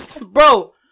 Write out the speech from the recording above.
Bro